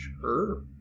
Sure